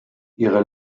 ihre